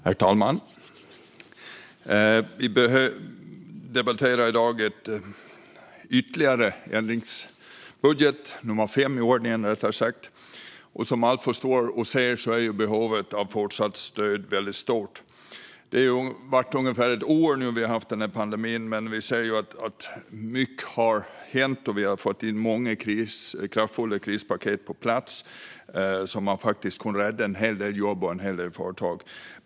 Herr talman! Vi debatterar i dag en ytterligare ändringsbudget - nummer fem i ordningen. Som alla förstår och ser är behovet av fortsatt stöd stort. Vi har haft pandemin i ungefär ett år, och vi ser att mycket har hänt. Vi har fått många kraftfulla krispaket på plats som har kunnat rädda en hel del jobb och en hel del företag.